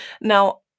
Now